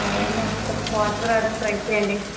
కొంచెం ఫాస్ట్ గా రావడానికి ట్రై చెయ్యండి